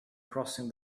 crossing